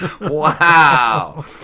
Wow